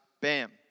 bam